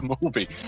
movie